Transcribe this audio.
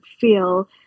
feel